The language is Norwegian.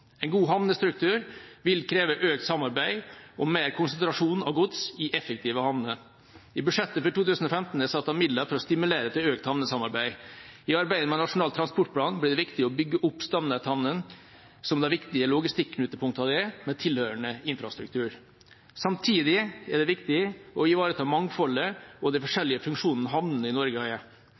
En god havnestruktur vil kreve økt samarbeid og mer konsentrasjon av gods i effektive havner. I budsjettet for 2015 er det satt av midler for å stimulere til økt havnesamarbeid. I arbeidet med Nasjonal transportplan blir det viktig å bygge opp stamnetthavnene som de viktige logistikknutepunktene de er, med tilhørende infrastruktur. Samtidig er det viktig å ivareta mangfoldet og de forskjellige funksjonene havnene i Norge gir. En stor del av havnene våre er